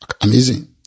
Amazing